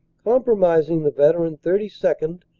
comprising the veteran thirty second,